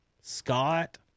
Scott